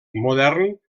modern